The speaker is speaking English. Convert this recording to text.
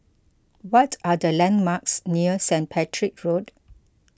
what are the landmarks near Saint Patrick's Road